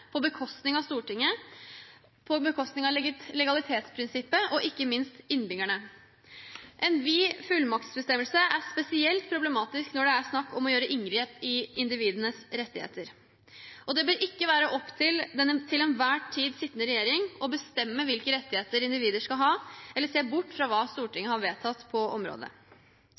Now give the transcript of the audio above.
på bekostning av Stortinget, legalitetsprinsippet og ikke minst innbyggerne. En vid fullmaktsbestemmelse er spesielt problematisk når det er snakk om å gjøre inngrep i individenes rettigheter. Det bør ikke være opp til den til enhver tid sittende regjering å bestemme hvilke rettigheter individer skal ha, eller å se bort fra hva Stortinget har vedtatt på området.